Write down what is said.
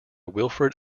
wilfred